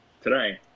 today